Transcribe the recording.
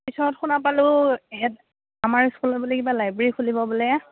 পিছত শুনা পালোঁ হেড আমাৰ স্কুলৰ বুলে কিবা লাইব্ৰেৰী খুলিব বোলে